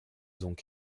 donc